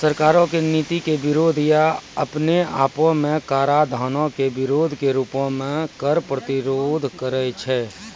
सरकारो के नीति के विरोध या अपने आपो मे कराधानो के विरोधो के रूपो मे कर प्रतिरोध करै छै